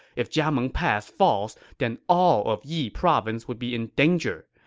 if jiameng pass falls, then all of yi province would be in danger.